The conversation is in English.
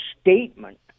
statement